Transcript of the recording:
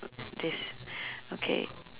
this okay